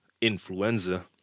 influenza